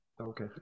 Okay